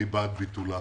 אני בעד ביטולה,